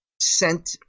sent